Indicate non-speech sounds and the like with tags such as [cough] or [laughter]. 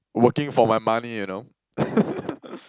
working for my money you know [laughs]